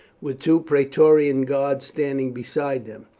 with two praetorian guards standing beside them.